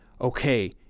Okay